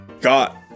got